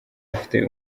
afite